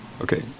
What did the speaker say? okay